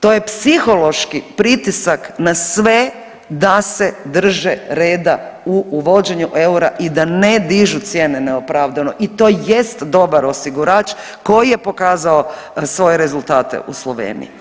To je psihološki pritisak na sve da se drže reda u uvođenju eura i da ne dižu cijene neopravdano i to jest dobar osigurač koji je pokazao svoje rezultate u Sloveniji.